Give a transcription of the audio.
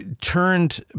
turned